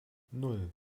nan